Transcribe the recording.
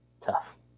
Tough